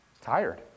tired